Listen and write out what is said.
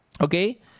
okay